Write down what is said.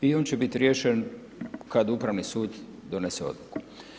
I on će biti riješen kad upravni sud donese odluku.